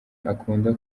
akunda